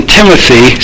Timothy